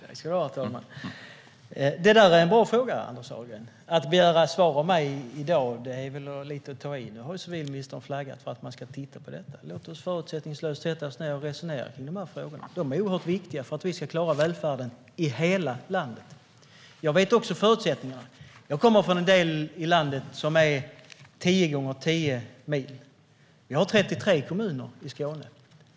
Herr talman! Det är en bra fråga, Anders Ahlgren, men att begära svar av mig i dag är väl att ta i lite. Civilministern har flaggat för att man ska titta på detta. Låt oss förutsättningslöst sätta oss ned och resonera om de här frågorna. De är oerhört viktiga för att vi ska klara välfärden i hela landet. Jag vet också vilka förutsättningarna är. Jag kommer från en del av landet som är tio gånger tio mil. Vi har 33 kommuner i Skåne.